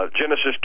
Genesis